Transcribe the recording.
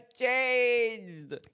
changed